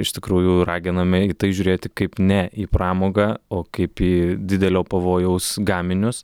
iš tikrųjų raginame į tai žiūrėti kaip ne į pramogą o kaip į didelio pavojaus gaminius